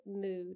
Mood